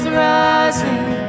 rising